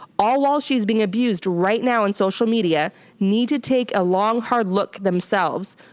all while she is being abused right now on social media need to take a long, hard look themselves.